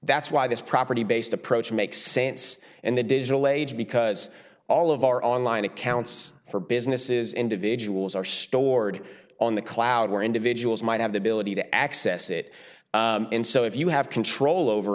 that's why this property based approach makes sense and the digital age because all of our online accounts for businesses individuals are stored on the cloud where individuals might have the ability to access it and so if you have control over